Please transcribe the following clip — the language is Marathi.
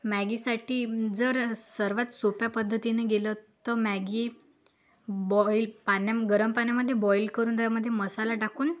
मॅगीसाठी जर सर्वात सोप्या पद्धतीने गेलं तर मॅगी बॉईल पाण्या गरम पाण्यामध्ये बॉईल करून त्यामध्ये मसाला टाकून